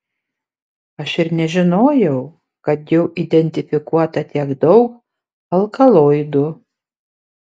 aš ir nežinojau kad jau identifikuota tiek daug alkaloidų